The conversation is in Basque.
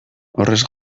horrez